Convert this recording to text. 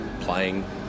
playing